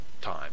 time